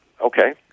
okay